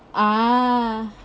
ah